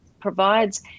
provides